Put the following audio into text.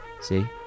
See